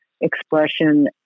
expression